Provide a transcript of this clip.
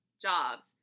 jobs